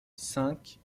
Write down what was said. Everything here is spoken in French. cinq